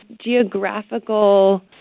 geographical